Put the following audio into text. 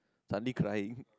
suddenly crying